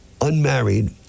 unmarried